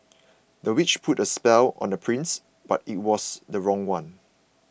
the witch put a spell on the prince but it was the wrong one